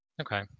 Okay